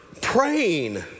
Praying